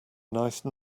nice